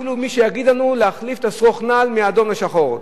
אפילו אם מישהו יגיד לנו להחליף את שרוך הנעל מאדום לשחור.